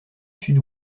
sud